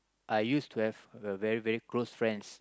I used to have a very very close friends